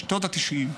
בשנות התשעים,